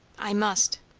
i must.